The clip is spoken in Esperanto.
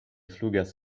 flugas